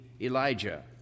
Elijah